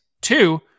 Two